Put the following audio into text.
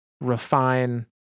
refine